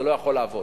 זה לא יכול לעבוד,